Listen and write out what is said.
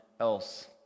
else